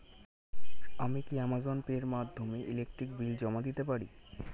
আমি কি Amazon Pay এর মাধ্যমে ইলেকট্রিক বিল জমা দিতে পারি?